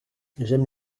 j’aime